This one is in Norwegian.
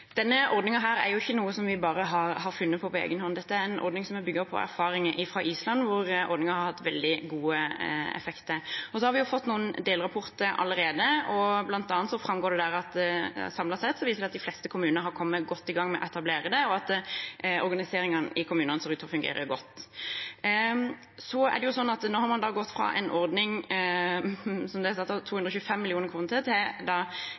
er jo ikke noe vi bare har funnet på på egen hånd. Dette er en ordning som er bygget på erfaringer fra Island, hvor ordningen har hatt veldig gode effekter. Vi har fått noen delrapporter allerede, og der framgår det bl.a. at de fleste kommuner samlet sett har kommet godt i gang med å etablere den, og at organiseringen i kommunene ser ut til å fungere godt. Nå har man gått fra en ordning som det er satt av 225 mill. kr til,